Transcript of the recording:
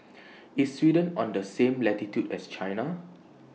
IS Sweden on The same latitude as China